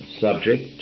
subject